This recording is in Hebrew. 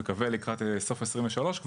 אני מקווה לקראת סוף 2023,